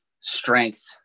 strength